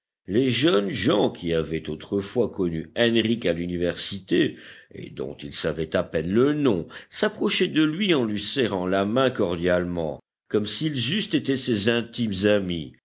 les jeunes gens qui avaient autrefois connu henrich à l'université et dont ils savaient à peine le nom s'approchaient de lui en lui serrant la main cordialement comme s'ils eussent été ses intimes amis